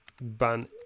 ban